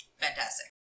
Fantastic